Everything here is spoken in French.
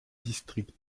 districts